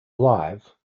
live